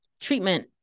treatment